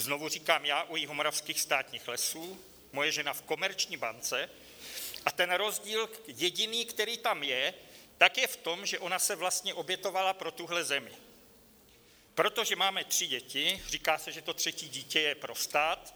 Znovu říkám, já u Jihomoravských státních lesů, moje žena v Komerční bance a ten rozdíl jediný, kterým tam je, je v tom, že ona se vlastně obětovala pro tuhle zemi, protože máme tři děti říká se, že třetí dítě je pro stát.